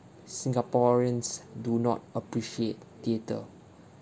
singaporeans do not appreciate theatre